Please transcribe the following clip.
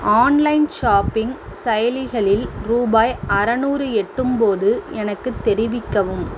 online shopping செயலிகளில் ரூபாய் அறனூறு எட்டும்போது எனக்குத் தெரிவிக்கவும்